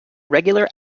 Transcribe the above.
regular